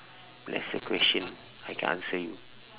lesser question I can answer you